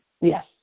Yes